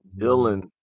Dylan